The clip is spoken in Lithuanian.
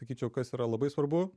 sakyčiau kas yra labai svarbu